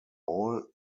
all